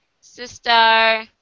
Sister